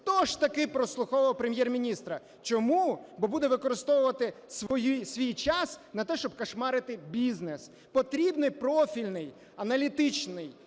хто ж таки прослуховував Прем'єр-міністра. Чому? Бо буде використовувати свій час на те, щоб кошмарити бізнес. Потрібен профільний аналітичний